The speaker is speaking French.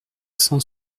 cent